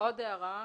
עוד הערה.